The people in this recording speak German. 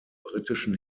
britischen